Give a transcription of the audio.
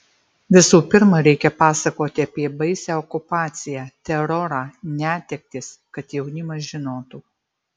visų pirma reikia pasakoti apie baisią okupaciją terorą netektis kad jaunimas žinotų